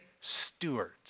Stewards